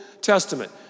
Testament